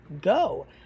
go